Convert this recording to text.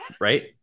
right